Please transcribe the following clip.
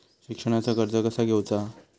शिक्षणाचा कर्ज कसा घेऊचा हा?